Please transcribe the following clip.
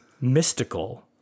mystical